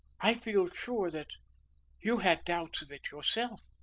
i feel sure that you had doubts of it, yourself.